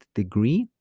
degree